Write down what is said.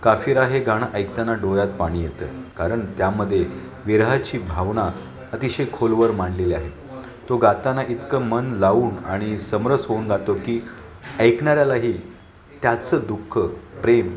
काफिरा हे गाणं ऐकताना डोळ्यात पाणी येतं कारण त्यामध्ये विरहाची भावना अतिशय खोलवर मांडलेली आहे तो गाताना इतकं मन लावून आणि समरस होऊन गातो की ऐकणाऱ्यालाही त्याचं दुःख प्रेम